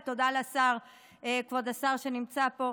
ותודה לכבוד השר שנמצא פה.